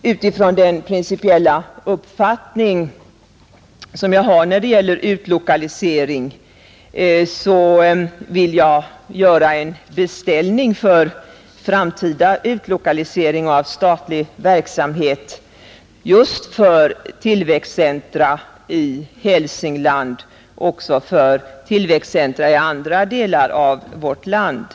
Utifrån den principiella uppfattning jag har när det gäller utlokalisering vill jag göra en beställning för framtida utlokalisering av statlig verksamhet för just tillväxtcentra i Hälsingland men även i andra delar av vårt land.